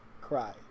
cry